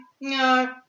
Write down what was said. no